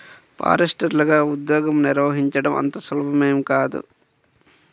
ఫారెస్టర్లగా ఉద్యోగం నిర్వహించడం అంత సులభమేమీ కాదు